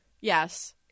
Yes